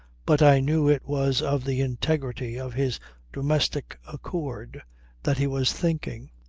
but i knew it was of the integrity of his domestic accord that he was thinking.